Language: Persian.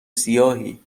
سیاهی